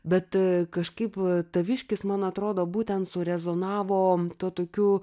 bet kažkaip taviškis man atrodo būtent surezonavo tuo tokiu